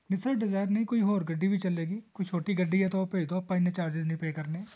ਨਹੀਂ sir Dzire ਨਹੀਂ ਕੋਈ ਹੋਰ ਗੱਡੀ ਵੀ ਚੱਲੇਗੀ ਕੋਈ ਛੋਟੀ ਗੱਡੀ ਹੈ ਤਾਂ ਉਹ ਭੇਜ ਦਿਓ ਆਪਾਂ ਇੰਨੇ ਚਾਰਜਿਸ ਨਹੀਂ ਪੇਅ ਕਰਨੇ